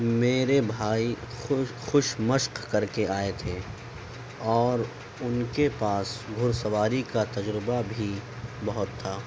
میرے بھائی خوش خوش مشق کر کے آئے تھے اور ان کے پاس گھڑ سواری کا تجربہ بھی بہت تھا